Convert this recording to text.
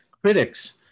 critics